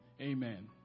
Amen